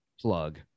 plug